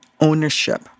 ownership